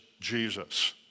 Jesus